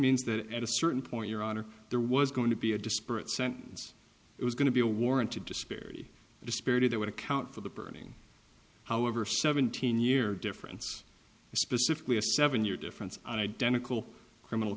means that at a certain point your honor there was going to be a disparate sentence it was going to be a warranty disparity disparity that would account for the burning however seventeen year difference specifically a seven year difference and identical criminal